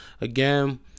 Again